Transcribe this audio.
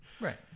right